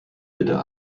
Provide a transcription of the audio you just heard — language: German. bitte